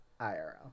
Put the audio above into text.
IRL